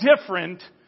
different